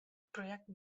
projekt